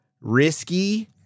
risky